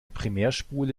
primärspule